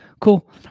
cool